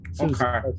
Okay